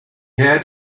had